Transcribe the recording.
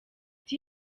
ati